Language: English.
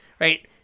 right